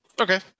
Okay